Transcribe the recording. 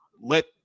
let